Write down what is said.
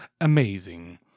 amazing